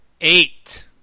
eight